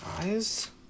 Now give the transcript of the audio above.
Guys